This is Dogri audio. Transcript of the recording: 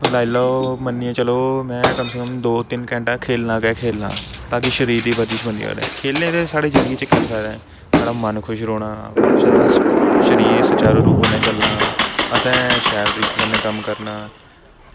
लाई लैओ मन्नियै चलो में कम से कम दो तिन्न घैंटा खेलना गै खेलना ताकि शरीर दी बर्जश बनी दी रवै खेलने दे साढ़े जिंदगी च केईं फायदे न साढ़ा मन खुश रौह्ना साढ़ा शरीर सुचारू रूप कन्नै चलना असें शैल तरीके कन्नै कम्म करना